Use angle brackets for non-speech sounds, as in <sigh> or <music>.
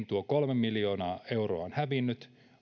<unintelligible> tuo kolme miljoonaa euroa on hävinnyt